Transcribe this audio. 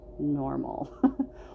normal